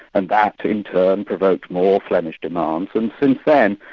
and that in turn provoked more flemish demands. and since then,